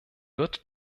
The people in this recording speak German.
wird